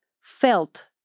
felt